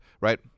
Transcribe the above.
Right